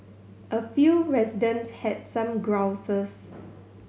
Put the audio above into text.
a few residents had some grouses